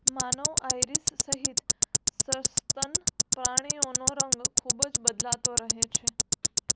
માનવ iris સહિત સસ્તન પ્રાણીઓનો રંગ ખૂબ જ બદલાતો રહે છે